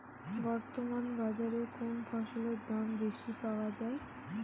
বর্তমান বাজারে কোন ফসলের দাম বেশি পাওয়া য়ায়?